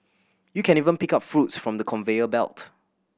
you can even pick up fruits from the conveyor belt